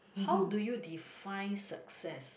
how do you define success